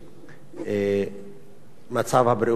כשהמצב הבריאותי הוא קשה,